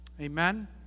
Amen